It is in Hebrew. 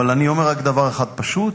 אני אומר רק דבר אחד פשוט: